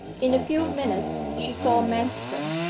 in a few minutes she saw manston,